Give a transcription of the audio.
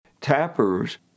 Tappers